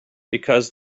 because